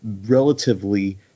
relatively